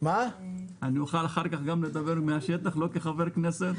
האם תאפשר לי אחר כך לדבר מן השטח אבל לא כחבר כנסת?